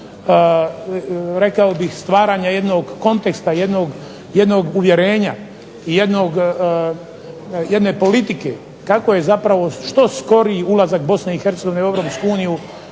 je važnost stvaranje jednog konteksta jednog uvjerenja i jedne politike kako je zapravo što skoriji ulazak BiH u EU i